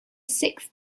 sixth